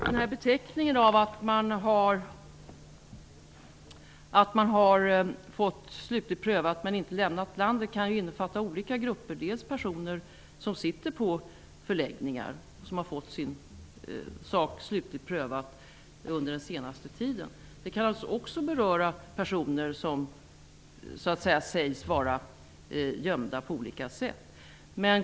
Herr talman! Att man har fått sitt ärende slutligt prövat men inte har lämnat landet är en beteckning som kan innefatta olika grupper. Det kan gälla personer som sitter på förläggningar och som har fått sin sak slutgiltigt prövad under den senaste tiden. Den kan också beröra personer som sägs vara gömda på olika sätt.